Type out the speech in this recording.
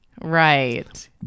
right